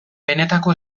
benetako